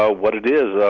ah what it is